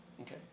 Okay